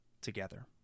together